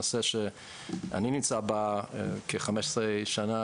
נושא שאני נמצא בו כ-15 שנה,